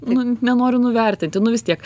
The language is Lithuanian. nu nenoriu nuvertinti nu vis tiek